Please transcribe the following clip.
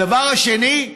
הדבר השני: